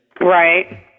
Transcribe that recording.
Right